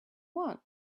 want